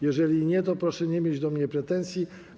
Jeżeli nie, to proszę nie mieć do mnie pretensji.